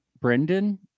Brendan